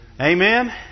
Amen